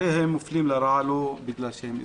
הרי הם מופלים לרעה לא בגלל שהם אזרחים.